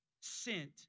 sent